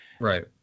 Right